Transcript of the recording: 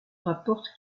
rapporte